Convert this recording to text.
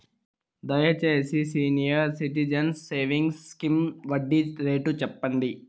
దయచేసి senior citizens savings scheme వడ్డీ rate సెప్పండి